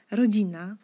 rodzina